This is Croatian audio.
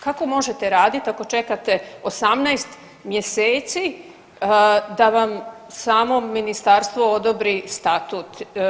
Kako možete raditi ako čekate 18 mjeseci da vam samo ministarstvo odobri statut?